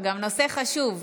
וגם נושא חשוב,